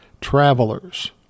travelers